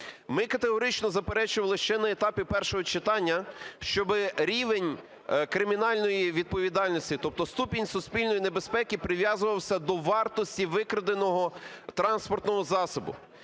Ми категорично заперечували ще на етапі першого читання, щоб рівень кримінальної відповідальності, тобто ступінь суспільної небезпеки прив'язувався до вартості викраденого транспортного засобу.